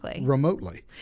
remotely